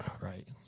right